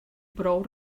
prou